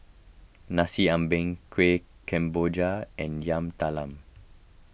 Nasi Ambeng Kueh Kemboja and Yam Talam